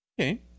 Okay